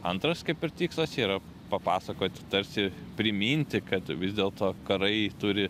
antras kaip ir tikslas yra papasakoti tarsi priminti kad vis dėlto karai turi